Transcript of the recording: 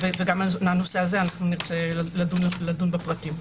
גם בנושא הזה נרצה לדון בפרטים.